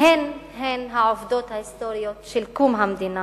הן הן העובדות ההיסטוריות של קום המדינה.